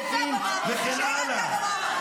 רופאים וכן הלאה.